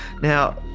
Now